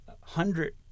hundred